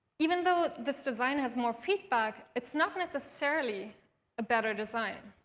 even though this design has more feedback, it's not necessarily a better design.